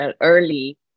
early